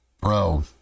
bro